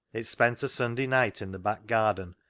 it spent a sunday night in the back garden,